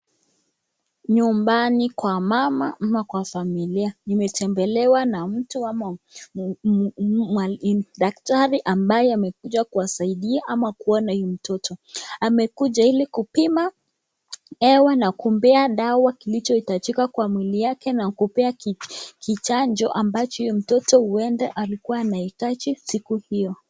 Nyumbani kwa mama ama kwa familia kumetembelea na mtu ama daktari ambaye amekuja kuwasaidia ama kuona huyu mtoto. Amekuja ili kupima dawa na kumpea dawa kilichohitajika kwa mwili yake na kumpea kichanjo ambacho huyo mtoto huenda alikuwa anahitaji siku hiyo.